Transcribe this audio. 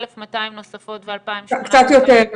1,200 נוספות ו-2,800 --- קצת יותר.